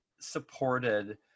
supported